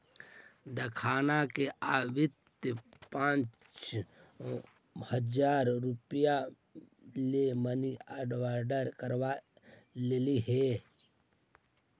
डाकखाना से आवित वक्त पाँच हजार रुपया ले मनी आर्डर बनवा लइहें